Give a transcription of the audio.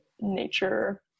nature